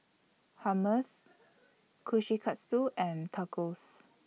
Hummus Kushikatsu and Tacos